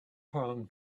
palm